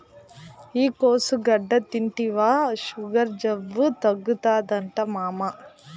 ఈ కోసుగడ్డ తింటివా సుగర్ జబ్బు తగ్గుతాదట మామా